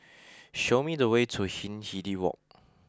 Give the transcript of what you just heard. show me the way to Hindhede Walk